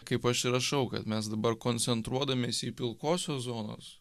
kaip aš ir rašau kad mes dabar koncentruodamiesi į pilkosios zonos